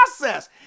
process